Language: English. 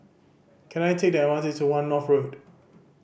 can I take the M R T to One North Road